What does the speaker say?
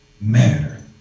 matter